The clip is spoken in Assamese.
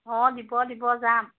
অঁ দিব দিব যাম